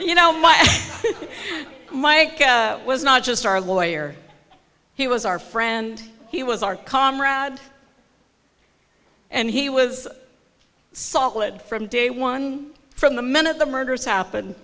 you know my mike was not just our lawyer he was our friend he was our comrade and he was solid from day one from the minute the murders happened